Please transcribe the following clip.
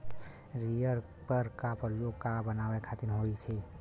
Reaper का प्रयोग का बनावे खातिन होखि?